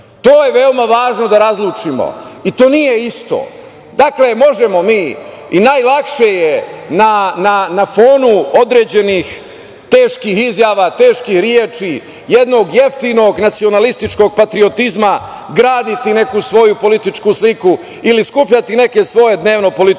To je veoma važno da razlučimo i to nije isto. Dakle, možemo mi i najlakše je na fonu određenih teških izjava, teških reči jednog jeftinog nacionalističkog patriotizma graditi neku svoju političku sliku ili skupljati neke svoje dnevno-političke